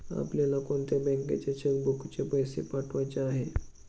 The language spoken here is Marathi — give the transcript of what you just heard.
आपल्याला कोणत्या बँकेच्या चेकबुकचे पैसे पहायचे आहे?